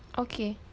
okay